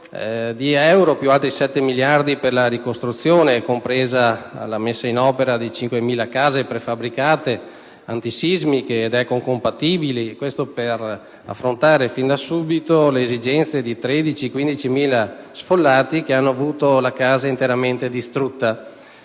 di euro, più altri 7 miliardi per la ricostruzione, compresa la messa in opera di 5.000 case prefabbricate, antisismiche ed ecocompatibili, per affrontare nell'immediato le esigenze di 13.000-15.000 sfollati che hanno avuto la casa interamente distrutta.